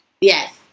Yes